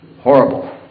horrible